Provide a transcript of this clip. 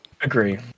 agree